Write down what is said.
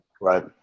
Right